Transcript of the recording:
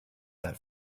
that